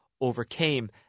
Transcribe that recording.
overcame